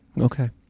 Okay